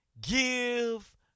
give